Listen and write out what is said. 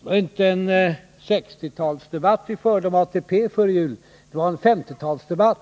Det var inte en 1960-talsdebatt vi förde om ATP före jul — det var en 1950-talsdebatt,